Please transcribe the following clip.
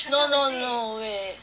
no no no wait